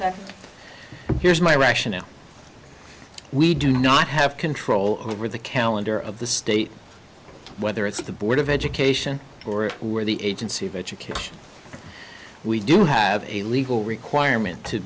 should here's my rationale we do not have control over the calendar of the state whether it's the board of education or where the agency of education we do have a legal requirement to